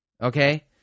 Okay